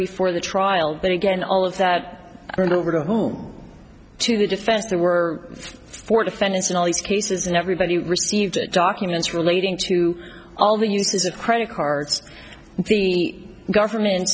before the trial but again all of that turned over to whom to the defense there were four defendants in all these cases and everybody received documents relating to all the uses of credit cards the government